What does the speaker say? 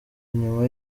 nyuma